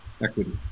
equity